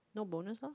no bonus lor